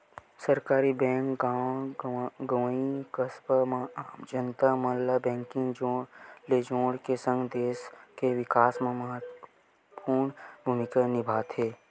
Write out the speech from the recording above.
सहकारी बेंक गॉव गंवई, कस्बा म आम जनता मन ल बेंकिग ले जोड़ के सगं, देस के बिकास म महत्वपूर्न भूमिका निभाथे